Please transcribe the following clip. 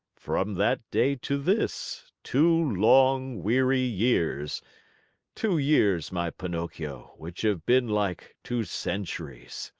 from that day to this, two long weary years two years, my pinocchio, which have been like two centuries.